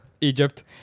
Egypt